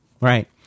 right